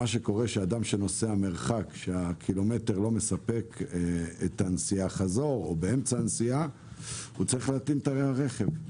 מה שקורה זה שאדם שצריך להטעין את הרכב באמצע נסיעה או בנסיעה מרוחקת,